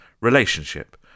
relationship